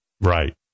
Right